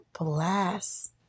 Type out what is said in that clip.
bless